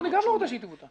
גם אני לא רוצה שהיא תבוטל.